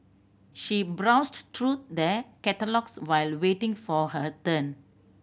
she browsed through the catalogues while waiting for her turn